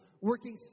working